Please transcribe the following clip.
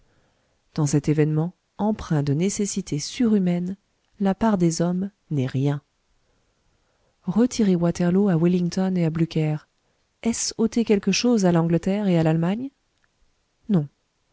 dans cet événement empreint de nécessité surhumaine la part des hommes n'est rien retirer waterloo à wellington et à blücher est-ce ôter quelque chose à l'angleterre et à l'allemagne non